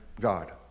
God